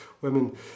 women